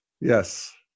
Yes